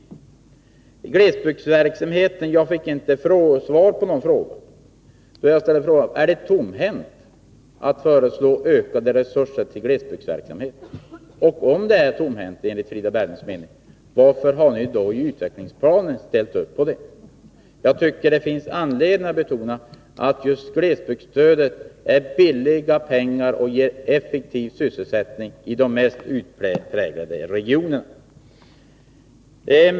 Jag fick inte svar på frågorna om glesbygdsverksamheten. Jag vill ställa frågan: Är man tomhänt, när man föreslår ökade resurser till glesbygdsverksamhet? Och om det är att vara tomhänt, enligt Frida Berglunds mening, varför har ni då ställt upp på det i utvecklingsplanen? Det finns anledning att betona att just glesbygdsstödet är billiga pengar och ger effektiv sysselsättning i de mest utpräglade regionerna.